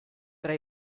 tra